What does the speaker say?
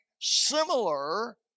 similar